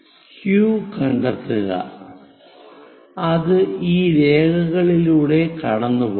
Q കണ്ടെത്തുക അത് ഈ രേഖകളിലൂടെ കടന്നുപോകണം